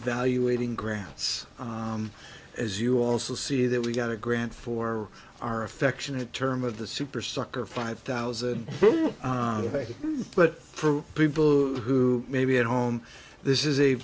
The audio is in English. evaluating grants as you also see that we got a grant for our affectionate term of the super sucker five thousand but for people who maybe at home this is a